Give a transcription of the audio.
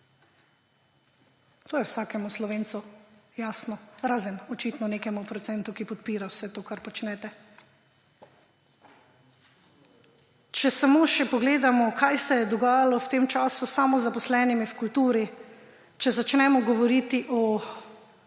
To je vsakemu Slovencu jasno, razen očitno nekemu procentu, ki podpira vse to, kar počnete. Če samo še pogledamo, kaj se je dogajalo v tem času s samozaposlenimi v kulturi, če začnemo govoriti o